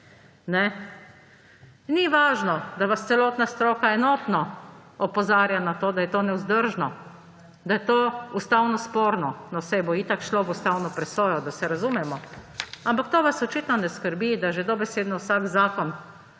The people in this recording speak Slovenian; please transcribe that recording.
Ni važno, da vas celotna stroka enotno opozarja na to, da je to nevzdržno, da je to ustavno sporno. No, saj bo itak šlo v ustavno presojo, da se razumemo. Ampak to vas očitno ne skrbi, da že dobesedno vsak zakon